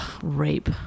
Rape